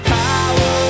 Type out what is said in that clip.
power